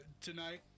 Tonight